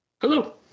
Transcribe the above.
Hello